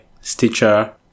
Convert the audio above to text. Stitcher